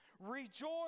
rejoice